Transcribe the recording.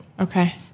Okay